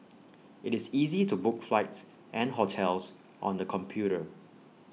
IT is easy to book flights and hotels on the computer